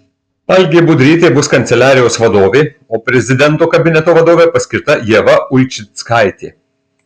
algė budrytė bus kanceliarijos vadovė o prezidento kabineto vadove paskirta ieva ulčickaitė